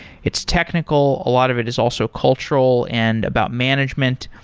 its technical. a lot of it is also cultural and about management,